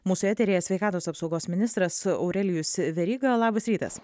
mūsų eteryje sveikatos apsaugos ministras aurelijus veryga labas rytas